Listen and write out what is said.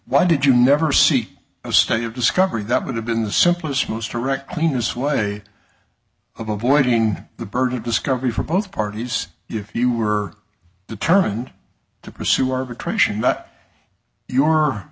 why did you never see a stage of discovery that would have been the simplest most direct cleanest way of avoiding the burdock discovery for both parties if you were determined to pursue arbitration